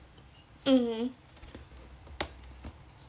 mmhmm